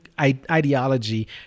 ideology